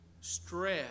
Stress